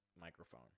microphone